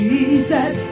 Jesus